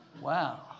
wow